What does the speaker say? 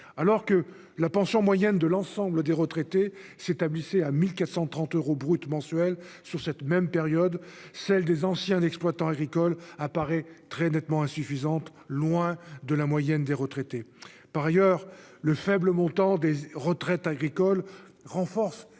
Alors que la pension moyenne de l'ensemble des retraités s'établissait à 1 430 euros brut mensuels sur cette même période, celle des anciens exploitants agricoles apparaît très nettement insuffisante, loin de la moyenne des retraités. Par ailleurs, le faible montant des retraites agricoles renforce